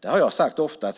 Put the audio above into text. Det har jag sagt ofta: